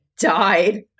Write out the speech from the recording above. died